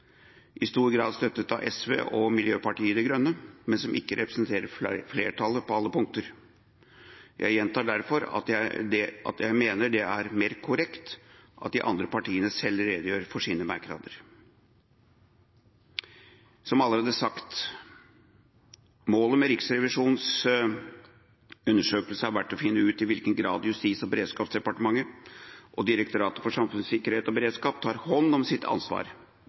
i stor grad støttes av SV og Miljøpartiet De Grønne, men som ikke representerer flertallet på flere punkter. Jeg gjentar derfor at jeg mener det er mest korrekt at de andre partiene selv redegjør for sine merknader. Som allerede sagt: Målet med Riksrevisjonens undersøkelse har vært å finne ut i hvilken grad Justis- og beredskapsdepartementet og Direktoratet for samfunnssikkerhet og beredskap tar hånd om sitt ansvar